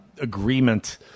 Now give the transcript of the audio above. agreement